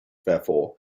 therefore